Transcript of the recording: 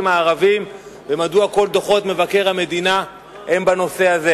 הערביים ומדוע כל דוחות מבקר המדינה הם בנושא הזה.